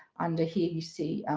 under here you see,